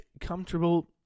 comfortable